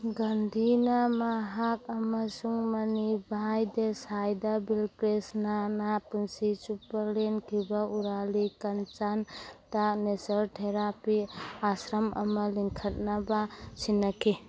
ꯒꯥꯟꯙꯤꯅ ꯃꯍꯥꯛ ꯑꯃꯁꯨꯡ ꯃꯅꯤꯚꯥꯏ ꯗꯤꯁꯥꯏꯗ ꯕꯤꯜꯀ꯭ꯔꯤꯁꯅꯅ ꯄꯨꯟꯁꯤ ꯆꯨꯞꯄ ꯂꯦꯟꯈꯤꯕ ꯎꯔꯥꯂꯤ ꯀꯟꯆꯥꯟꯗ ꯅꯦꯆꯔ ꯊꯦꯔꯥꯄꯤ ꯑꯥꯁꯔꯝ ꯑꯃ ꯂꯤꯡꯈꯠꯅꯕ ꯁꯤꯟꯅꯈꯤ